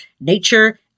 nature